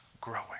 growing